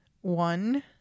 One